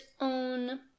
own